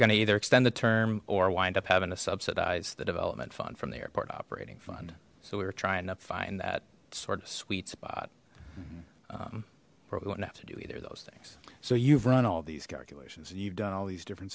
gonna either extend the term or wind up having to subsidize the development fund from the airport operating fund so we were trying to find that sort of sweet spot we wouldn't have to do either of those things so you've run all these calculations and you've done all these different